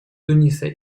туниса